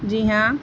جی ہاں